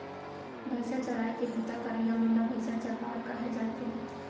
भईंसा चराए के बूता करइया मन ल भईंसा चरवार कहे जाथे